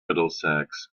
middlesex